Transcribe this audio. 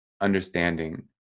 understanding